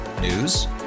News